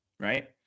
Right